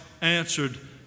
answered